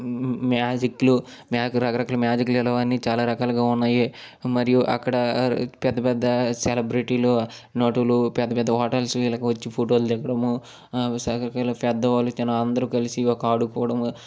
మ్యాజిక్లు మ్యాక్ రకరకాలుగా మ్యాజిక్లు ఇలావన్ని చాలా రకాలుగా ఉన్నాయి మరియు అక్కడ పెద్ద పెద్ద సెలబ్రిటీలు నటులు పెద్ద పెద్ద హోటల్సు ఇలాగ వచ్చి ఫోటోలు దిగడము సెల్ఫీలు పెద్దవాళ్ళు తిన అందరూ కలిసి ఒక ఆడుకోవడము